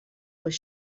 was